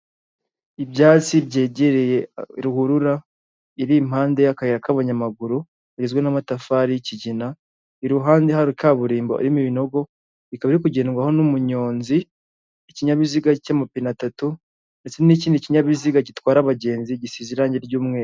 Ibyatsi byegereye ruhurura iri impande y'akayira k'abanyamaguru rigizwe n'amatafari kigina, iruhande hari kaburimbo irimo ibinogo ikaba iri kugerwaho n'umuyonzi ikinyabiziga cy'amapine atatu, ndetse n'ikindi kinyabiziga gitwara abagenzi gisize irangi ry'umweru.